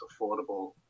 affordable